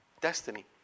destiny